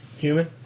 Human